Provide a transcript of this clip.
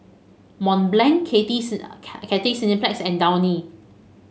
Mont Blanc Cathay Cineplex and Downy